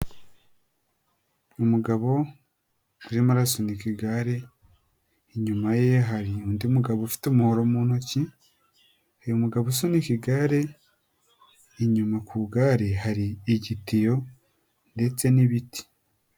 Umugabo urimo arasunika igare inyuma ye ye hari undi mugabo ufite umuhoro mu ntoki, uyu mugabo usunika igare inyuma ku igare hari igitiyo ndetse n'ibiti.